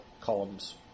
columns